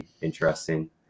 interesting